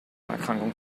erkrankung